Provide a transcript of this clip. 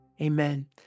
Amen